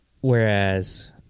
Whereas